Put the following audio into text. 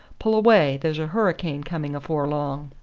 pull away, there's a hurricane coming afore long.